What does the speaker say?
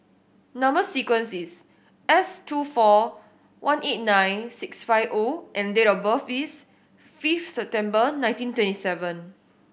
number sequence is S two four one eight nine six five O and date of birth is five September nineteen twenty seven